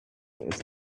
its